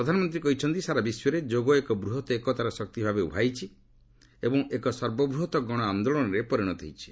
ପ୍ରଧାନମନ୍ତ୍ରୀ କହିଛନ୍ତି ସାରା ବିଶ୍ୱରେ ଯୋଗ ଏକ ବୃହତ୍ ଏକତାର ଶକ୍ତି ଭାବେ ଉଭା ହୋଇଛି ଏବଂ ଏକ ସର୍ବବୃହତ୍ ଗଣଆନ୍ଦୋଳନରେ ପରିଣତ ହୋଇଛି